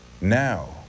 Now